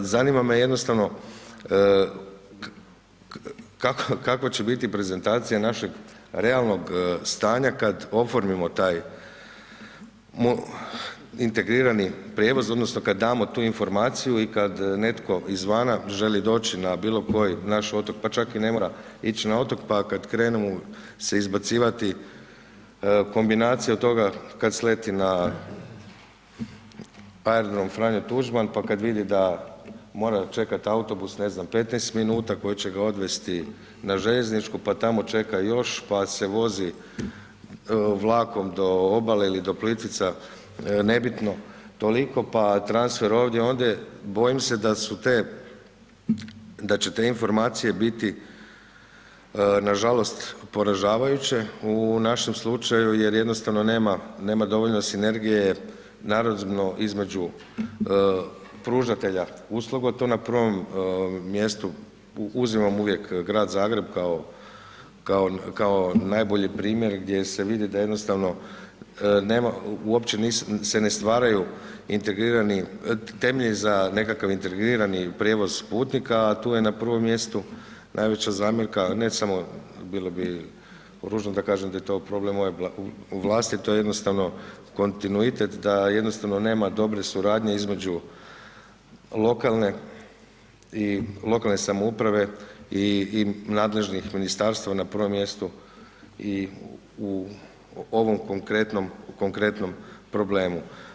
Zanima me jednostavno kakva će biti prezentacija našeg realnog stanja kad oformimo taj integrirani prijevoz odnosno kad damo tu informaciju i kad netko izvana želi doći na bilokoji naš otok pa čak i ne mora ić na otok, pa kad krenu se izbacivati kombinacije od toga kad sleti na aerodrom Franjo Tuđman pa kad vidi da mora čekat autobus, ne znam, 15 min koji će ga odvesti na željezničku pa tamo čeka još, pa se vozi vlakom do obale ili do Plitvica, nebitno, toliko pa transfer ovdje, ondje, bojim se da će te informacije biti nažalost poražavajuće u našem slučaju jer jednostavno nema dovoljno sinergije naravno između pružatelja usluga, tu na prvom mjestu uzimam uvijek grad Zagreb kao najbolji primjer gdje se vidi da jednostavno uopće se ne stvaraju temelji za nekakvi integrirani prijevoz putnika a tu je na prvom mjestu najveća zamjerka ne samo, bilo bi ružno da kažem da je to problem moje vlasti, to je jednostavno kontinuitet da jednostavno nema dobre suradnje između lokalne samouprave i nadležnih ministarstva na prvom mjestu i u ovom konkretnom problemu.